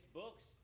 books